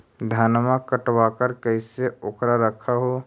धनमा कटबाकार कैसे उकरा रख हू?